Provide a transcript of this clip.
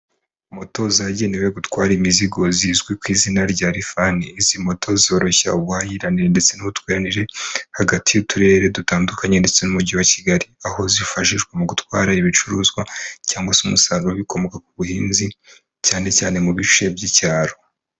Moto zagenewe gutwara imizigo zizwi ku izina rya Lifani, izi moto zoroshya ubuhahiranere ndetse n'ubutwereranire hagati y'uturere dutandukanye ndetse n'umujyi wa Kigali, aho zifashishwa mu gutwara ibicuruzwa cyangwa se umusaruro bikomoka ku buhinzi cyane cyane mu bice by'icyaro.